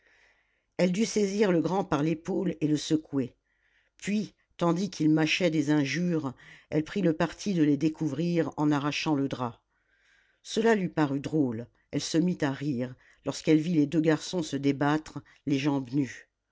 elle dut saisir le grand par l'épaule et le secouer puis tandis qu'il mâchait des injures elle prit le parti de les découvrir en arrachant le drap cela lui parut drôle elle se mit à rire lorsqu'elle vit les deux garçons se débattre les jambes nues